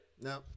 No